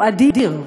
הוא אדיר.